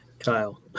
Kyle